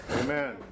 Amen